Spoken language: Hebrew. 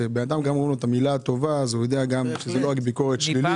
כשלבן אדם אומרים את המילה הטובה אז הוא יודע שזה לא רק ביקורת שלילית.